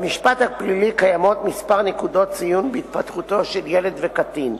במשפט הפלילי קיימות כמה נקודות ציון בהתפתחותו של ילד וקטין.